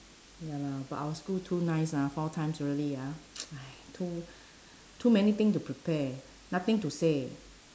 ya lah but our school too nice ah four times really ah !hais! too too many thing to prepare nothing to say